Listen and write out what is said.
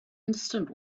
understood